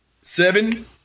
seven